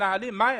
מה הם?